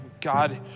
God